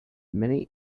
many